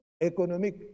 économique